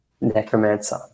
necromancer